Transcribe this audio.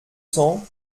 cents